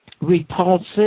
repulsive